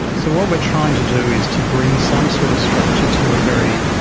so what we are trying to do is to bring some sort of structure to a very